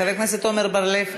חבר הכנסת עמר בר-לב,